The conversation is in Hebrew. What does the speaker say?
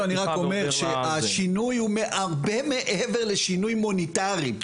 השינוי הוא הרבה מעבר לשינוי מוניטרי.